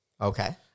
Okay